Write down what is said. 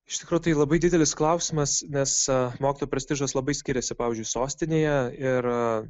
iš tikro tai labai didelis klausimas nes mokytojo prestižas labai skiriasi pavyzdžiui sostinėje ir